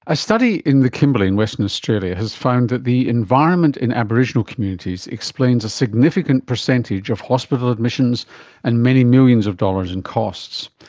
a study in the kimberley in western australia has found that the environment in aboriginal communities explains a significant percentage of hospital admissions and many millions of dollars in costs.